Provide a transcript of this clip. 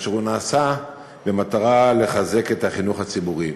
והוא נעשה במטרה לחזק את החינוך הציבורי.